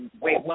wait